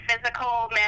physical